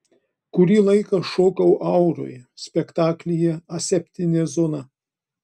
kurį laiką šokau auroje spektaklyje aseptinė zona